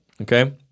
okay